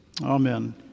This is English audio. Amen